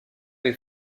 est